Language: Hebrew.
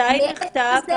מתי נכתב